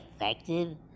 effective